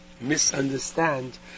misunderstand